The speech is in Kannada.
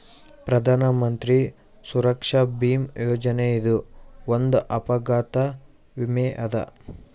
ಪ್ರಧಾನ್ ಮಂತ್ರಿ ಸುರಕ್ಷಾ ಭೀಮಾ ಯೋಜನೆ ಇದು ಒಂದ್ ಅಪಘಾತ ವಿಮೆ ಅದ